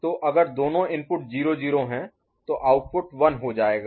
तो अगर दोनों इनपुट 0 0 हैं तो आउटपुट 1 हो जाएगा